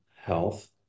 health